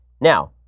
Now